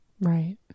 Right